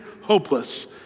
hopeless